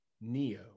Neo